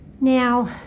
Now